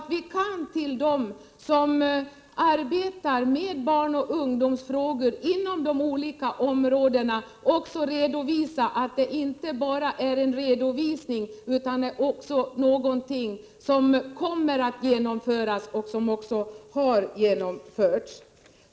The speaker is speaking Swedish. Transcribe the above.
Till dem som arbetar med barnoch ungdomsfrågor inom de olika områdena kan vi alltså säga att det inte bara handlar om en redovisning utan att det också gäller någonting som kommer att genomföras och som har genomförts.